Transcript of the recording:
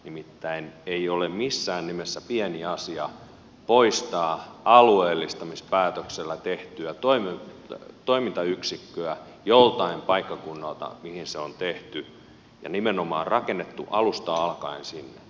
nimittäin ei ole missään nimessä pieni asia poistaa alueellistamispäätöksellä tehtyä toimintayksikköä joltain paikkakunnalta mihin se on tehty nimenomaan rakennettu alusta alkaen sinne